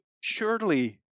surely